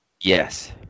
Yes